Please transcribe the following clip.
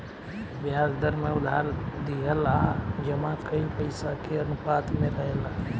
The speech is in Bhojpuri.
ब्याज दर में उधार दिहल आ जमा कईल पइसा के अनुपात में रहेला